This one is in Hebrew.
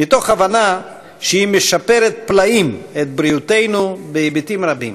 מתוך הבנה שהיא משפרת פלאים את בריאותנו בהיבטים רבים.